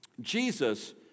Jesus